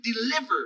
delivered